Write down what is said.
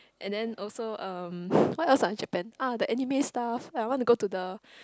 and then also um what else ah Japan ah the anime stuff I want to go to the